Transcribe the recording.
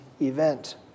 event